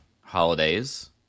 Holidays